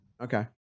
Okay